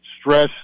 stress